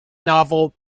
novel